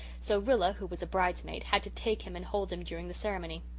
so rilla who was a bridesmaid, had to take him and hold him during the ceremony.